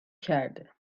کرده